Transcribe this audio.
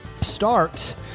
start